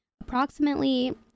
Approximately